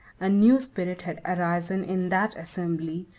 a new spirit had arisen in that assembly,